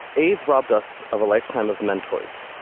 aids robbed us of a lifetime of mentors,